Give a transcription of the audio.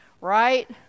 right